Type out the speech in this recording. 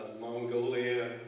Mongolia